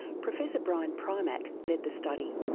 professor brian primack led the study.